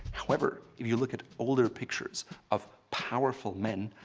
clever, if you look at older pictures of powerful men,